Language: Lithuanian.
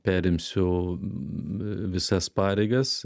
perimsiu visas pareigas